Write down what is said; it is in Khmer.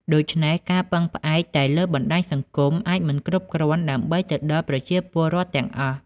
ដូច្នេះ ការពឹងផ្អែកតែលើបណ្ដាញសង្គមអាចមិនគ្រប់គ្រាន់ដើម្បីទៅដល់ប្រជាពលរដ្ឋទាំងអស់។